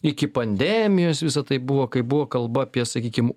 iki pandemijos visa tai buvo kai buvo kalba apie sakykim